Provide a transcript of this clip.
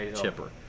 chipper